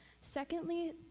Secondly